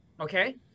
okay